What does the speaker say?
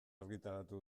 argitaratu